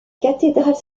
cathédrale